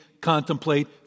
contemplate